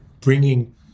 bringing